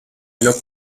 lock